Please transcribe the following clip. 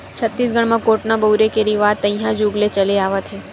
छत्तीसगढ़ म कोटना बउरे के रिवाज तइहा जुग ले चले आवत हे